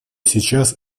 сейчас